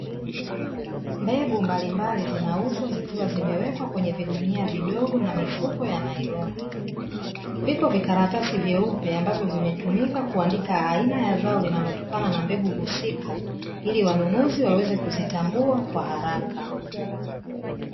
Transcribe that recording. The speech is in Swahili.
Mbegu mbalimbali zinauzwa zikiwa zimewekwa kwenye vigunia vidogo na mifuko ya nailoni, viko vikaratsi vyeupe ambavyo vimetumika kuandika aina ya zao linatokana na mbegu husika, ili wanunuzi waweze kuzitambua kwa haraka.